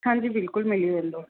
हांजी बिल्कुलु मिली वेंदो